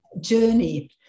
journey